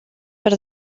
per